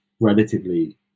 relatively